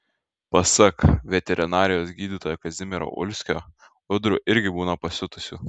pasak veterinarijos gydytojo kazimiero ulskio ūdrų irgi būna pasiutusių